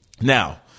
Now